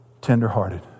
Tenderhearted